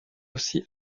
aussi